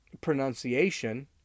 pronunciation